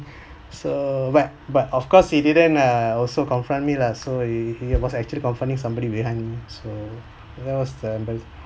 so but but of course he didn't uh also confront me lah so he he was actually comfronting somebody behind that was terrible